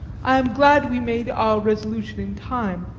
i am glad we made our resolution in time,